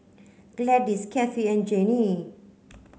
Gladis Kathie and Gennie